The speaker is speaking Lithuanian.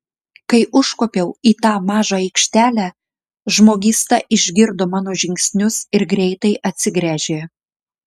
kai užkopiau į tą mažą aikštelę žmogysta išgirdo mano žingsnius ir greitai atsigręžė